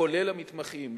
כולל המתמחים,